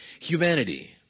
humanity